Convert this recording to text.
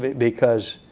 because